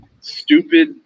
stupid